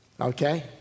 Okay